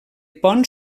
pont